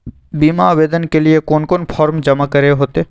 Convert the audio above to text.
बीमा आवेदन के लिए कोन कोन फॉर्म जमा करें होते